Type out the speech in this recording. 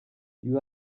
you